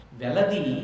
veladi